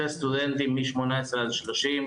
של סטודנטים מ-18 עד 30,